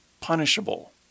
punishable